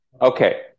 okay